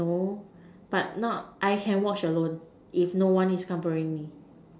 no but not I can watch alone if no one is company me